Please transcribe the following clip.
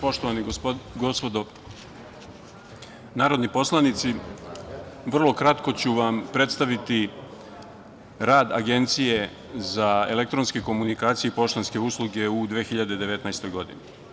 Poštovana gospodo narodni poslanici, vrlo kratko ću vam predstaviti rad Agencije za elektronske komunikacije i poštanske usluge u 2019. godini.